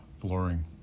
flooring